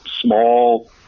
small